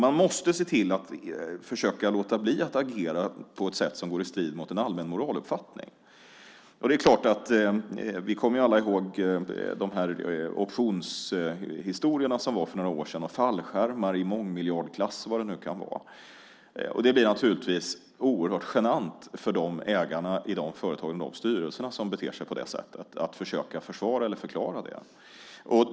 Man måste se till att låta bli att agera på ett sätt som går i strid mot en allmän moraluppfattning. Vi kommer alla ihåg optionshistorierna och fallskärmar i mångmiljardklassen för några år sedan. Det blir naturligtvis oerhört genant för ägarna i de företag och styrelser som beter sig på det sättet att försöka försvara eller förklara det.